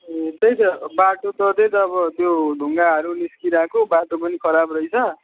ए त्यही त बाटो त त्यही त अब त्यो ढुङ्गाहरू निस्किरहेको बाटो पनि खराब रहेछ